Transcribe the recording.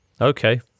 Okay